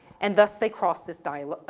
and thus they cross this diagol,